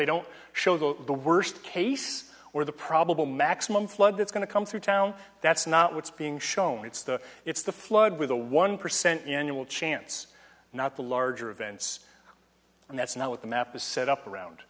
they don't show the worst case or the probable maximum flood that's going to come through town that's not what's being shown it's the it's the flood with a one percent annual chance not the larger events and that's not what the map is set up around